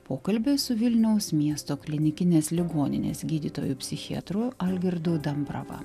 pokalbis su vilniaus miesto klinikinės ligoninės gydytoju psichiatru algirdu dambrava